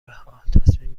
ها، تصمیم